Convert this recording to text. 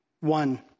one